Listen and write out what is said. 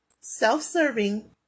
self-serving